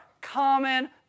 Common